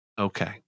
okay